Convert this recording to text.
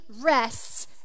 rests